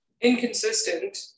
Inconsistent